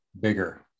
bigger